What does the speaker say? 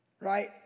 right